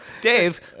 Dave